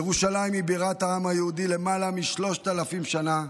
ירושלים היא בירת העם היהודי למעלה משלושת אלפים שנה,